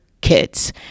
kids